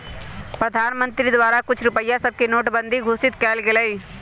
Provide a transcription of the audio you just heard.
प्रधानमंत्री द्वारा कुछ रुपइया सभके नोटबन्दि घोषित कएल गेलइ